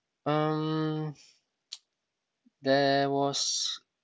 um there was